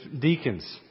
deacons